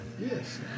Yes